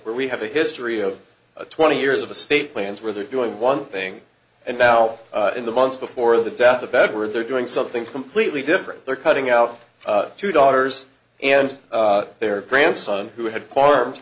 where we have a history of twenty years of a state plans where they're doing one thing and now in the months before the death of bedworth they're doing something completely different they're cutting out two daughters and their grandson who had par